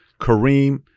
Kareem